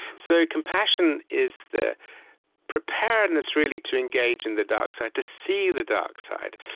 so compassion is the preparedness really to engage in the dark side, to see the dark side.